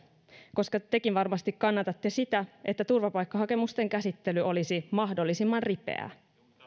koska tekin varmasti kannatatte sitä että turvapaikkahakemusten käsittely olisi mahdollisimman ripeää